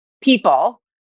people